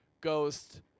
Ghost